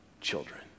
children